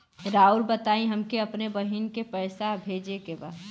राउर बताई हमके अपने बहिन के पैसा भेजे के बा?